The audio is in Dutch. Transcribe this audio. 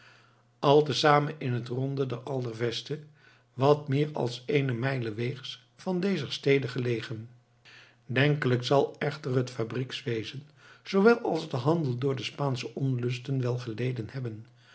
al te samen int ronde de alderverste wat meer als een myle weechs van deser stede gheleghen denkelijk zal echter het fabriekswezen zoowel als de handel door de spaansche onlusten wel geleden hebben